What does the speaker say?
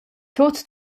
tut